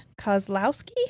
Kozlowski